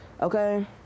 Okay